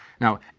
Now